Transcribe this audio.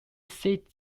seat